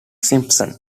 simpson